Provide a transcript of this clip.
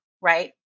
right